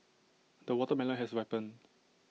the watermelon has ripened